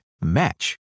Match